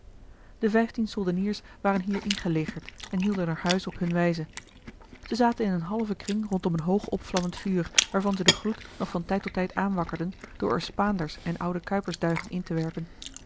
de vijftien soldeniers waren hier ingelegerd en hielden er huis op hunne wijze ze zaten in een halven kring rondom een hoog opvlammend vuur waarvan zij den gloed nog van tijd tot tijd aanwakkerden door er spaanders en oude kuipersduigen in te werpen